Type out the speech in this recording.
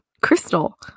Crystal